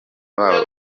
babo